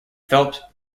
felt